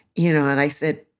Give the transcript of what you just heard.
you know, and i said,